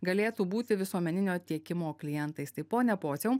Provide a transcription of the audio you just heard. galėtų būti visuomeninio tiekimo klientais tai pone pociau